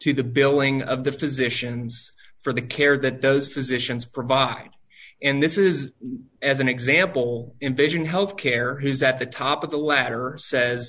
to the billing of the physicians for the care that those physicians provide and this is as an example in vision health care who's at the top of the ladder says